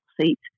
seat